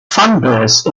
fanbase